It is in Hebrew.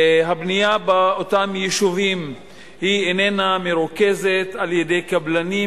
הבנייה באותם יישובים איננה מרוכזת על-ידי קבלנים,